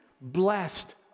blessed